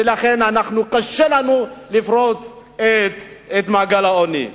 ולכן קשה לנו לפרוץ את מעגל העוני.